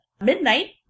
Midnight